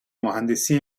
مهندسی